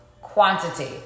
quantity